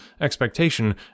expectation